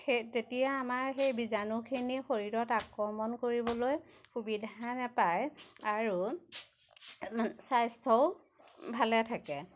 সেই তেতিয়া আমাৰ সেই বীজাণুখিনি শৰীৰত আক্ৰমণ কৰিবলৈ সুবিধা নাপায় আৰু স্বাস্থ্যও ভালে থাকে